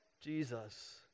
Jesus